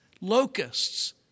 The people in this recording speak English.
locusts